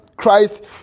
Christ